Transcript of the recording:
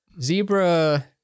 Zebra